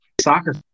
Soccer